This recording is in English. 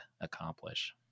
accomplish